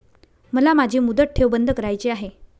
मला माझी मुदत ठेव बंद करायची आहे